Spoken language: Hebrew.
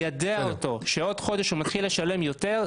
ליידע אותו שעוד חודש הוא מתחיל לשלם יותר,